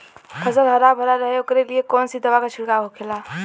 फसल हरा भरा रहे वोकरे लिए कौन सी दवा का छिड़काव होखेला?